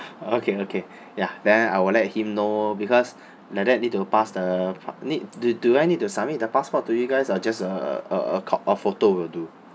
okay okay ya then I will let him know because like that need to pass the need do do I need to submit the passport to you guys or just a a a couple of photo will do